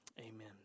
amen